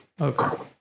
Okay